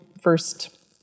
first